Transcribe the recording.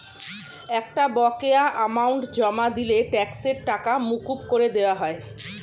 একটা বকেয়া অ্যামাউন্ট জমা দিলে ট্যাক্সের টাকা মকুব করে দেওয়া হয়